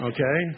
Okay